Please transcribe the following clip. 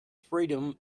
freedom